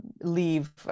leave